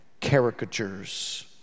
caricatures